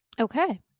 Okay